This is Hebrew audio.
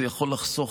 זה יכול לחסוך,